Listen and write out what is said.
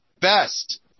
best